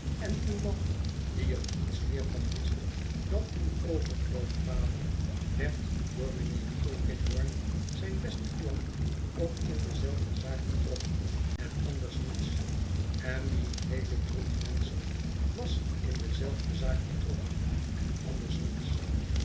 en uw man die er niets meer van wist dan uw overgrootvader werd door mijnheer tulkinghorn zijn besten klant ook in dezelfde zaak betrokken en anders niets en die heele troep menschen was in dezelfde zaak betrokken en anders niets